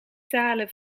talen